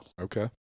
Okay